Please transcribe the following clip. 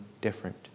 different